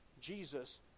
Jesus